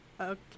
Okay